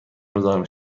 مزاحم